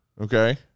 Okay